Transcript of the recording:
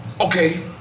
Okay